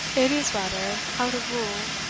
it is rather out of rule,